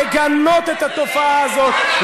לגנות את התופעה הזאת.